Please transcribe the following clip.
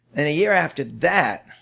and a year after that,